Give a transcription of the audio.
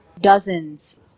dozens